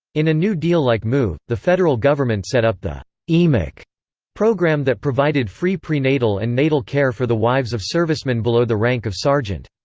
in a new deal-like move, the federal government set up the emic program that provided free prenatal and natal care for the wives of servicemen below the rank of sergeant.